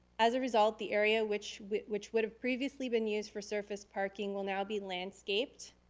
as a result the area which which would have previously been used for surface parking will now be landscaped,